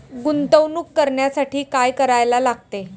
गुंतवणूक करण्यासाठी काय करायला लागते?